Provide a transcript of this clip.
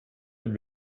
wenn